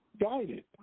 Guided